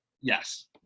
Yes